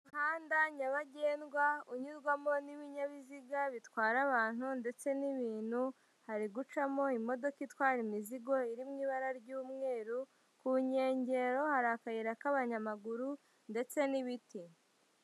Umuhanda nyabagendwa unyurwamo n'ibinyabiziga bitwara abantu ndetse n'ibintu, hari gucamo imodoka itwara imizigo iri mu ibara ry'umweru, ku nkengero hari akayira k'abanyamaguru ndetse n'ibiti